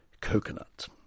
coconut